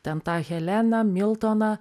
ten tą heleną miltoną